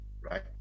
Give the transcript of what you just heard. right